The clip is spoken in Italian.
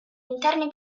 interni